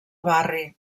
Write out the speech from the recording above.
barri